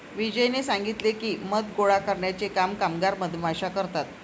विजयने सांगितले की, मध गोळा करण्याचे काम कामगार मधमाश्या करतात